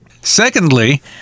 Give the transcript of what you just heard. Secondly